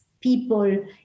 people